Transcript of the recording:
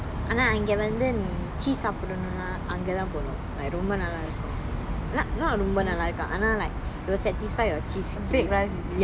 ஆனா அங்க வந்து நீ:aana anga vanthu nee cheese சாப்பிடோனுனா அங்கதான் போணும்:sappidonuna angathaan ponum right ரொம்ப நல்லா இருக்கும் நா நா ரொம்ப நல்லா இருக்கும் ஆனா:romba nalla irukkum na na romba nalla irukkum aana like it will satisfy your cheese cravings